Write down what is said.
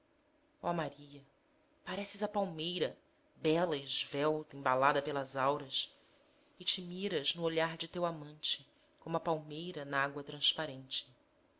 ó maria pareces a palmeira bela esvelta embalada pelas auras e te miras no olhar de teu amante como a palmeira n'água transparente